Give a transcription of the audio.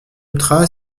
ultra